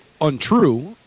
untrue